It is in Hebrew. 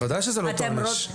בוודאי שזה לא אותו עונש.